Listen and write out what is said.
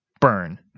Burn